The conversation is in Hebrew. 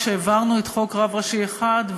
כשהעברנו את חוק רב ראשי אחד,